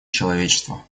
человечества